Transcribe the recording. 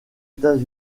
états